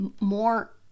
more